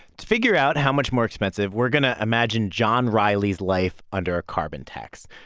to figure out how much more expensive, we're going to imagine john reilly's life under a carbon tax.